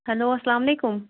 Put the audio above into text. hello اَسلام علیکُم